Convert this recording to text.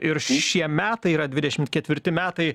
ir šie metai yra dvidešimt ketvirti metai